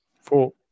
Four